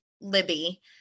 Libby